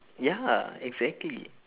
ya exactly